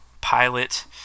pilot